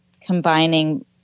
combining